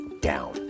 down